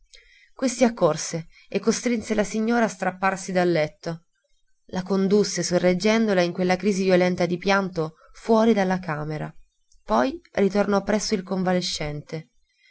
questi accorse e costrinse la signora a strapparsi dal letto la condusse sorreggendola in quella crisi violenta di pianto fuori della camera poi ritornò presso il convalescente